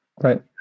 Right